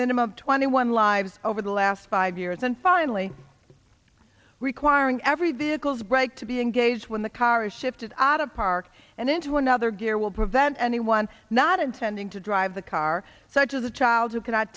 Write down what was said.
minimum of twenty one lives over the last five years and finally requiring every vehicles break to be engaged when the car is shifted out of park and into another gear will prevent anyone not intending to drive the car such as a child who can